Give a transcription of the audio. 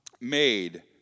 made